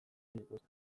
dituzte